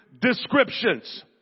descriptions